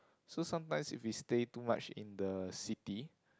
so sometimes if we stay too much in the city